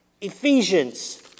Ephesians